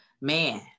man